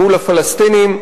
מול הפלסטינים,